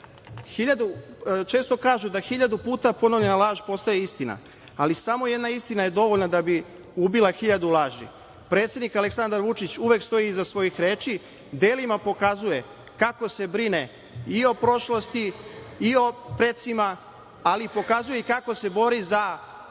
kažu da hiljadu puta ponovljena laže postaje istina, ali samo jedna istina je dovoljna da bi ubila hiljadu laži. Predsednik Aleksandar Vučić uvek stoji iza svojih reči, delima pokazuje kako se brine i o prošlosti, i o precima, ali pokazuje i kako se bori za potomke